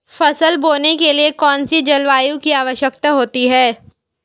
फसल बोने के लिए कौन सी जलवायु की आवश्यकता होती है?